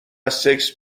سکس